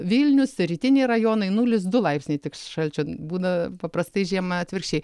vilnius ir rytiniai rajonai nulis du laipsniai šalčio būna paprastai žiemą atvirkščiai